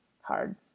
hard